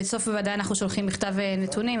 בסוף הוועדה אנחנו שולחים מכתב נתונים,